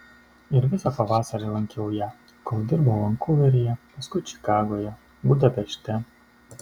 ir visą pavasarį lankiau ją kol dirbo vankuveryje paskui čikagoje budapešte